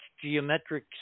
geometric